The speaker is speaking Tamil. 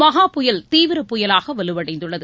மகா புயல் தீவிர புயலாக வலுவடைந்துள்ளது